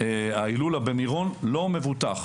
ההילולה במירון לא מבוטח.